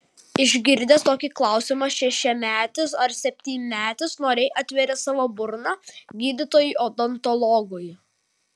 išgirdęs tokį klausimą šešiametis ar septynmetis noriai atveria savo burną gydytojui odontologui